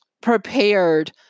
prepared